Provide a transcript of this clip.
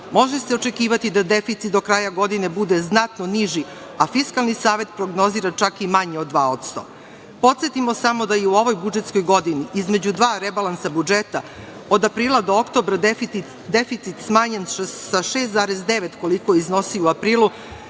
može se očekivati da deficit do kraja godine bude znatno niži, a Fiskalni savet prognozira čak i manje od 2%.Podsetimo samo da je u ovoj budžetskoj godini između dva rebalansa budžeta od aprila do oktobra deficit smanjen sa 6,9%, koliko je iznosio u aprilu,